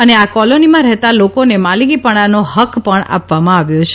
અને આ કોલોનીમાં રહેતા લોકોને માલિકીપણાનો હક્ક પણ આપવામાં આવ્યો છે